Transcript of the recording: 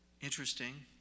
interesting